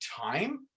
time